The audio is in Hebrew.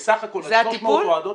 זה הטיפול.